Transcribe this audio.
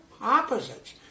opposites